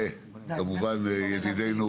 וכמובן ידידנו